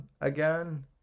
again